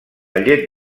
llet